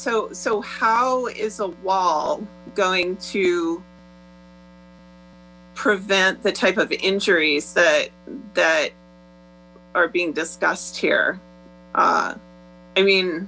so so how is the wall going to prevent the type of injuries that are being discussed here i mean